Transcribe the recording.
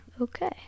Okay